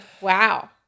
Wow